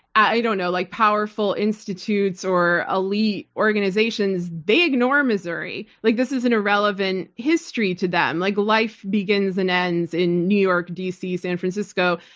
i don't know. like powerful institutes or elite organizations, they ignore missouri. like this is an irrelevant history to them. like life begins and ends in new york, dc, san francisco.